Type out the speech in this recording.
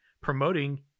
promoting